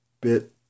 bit